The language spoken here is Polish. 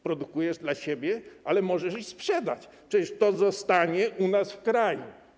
Produkujesz dla siebie, ale możesz i sprzedać, przecież to zostanie u nas w kraju.